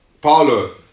Paolo